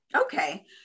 Okay